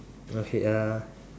okay ah